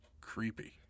creepy